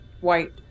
White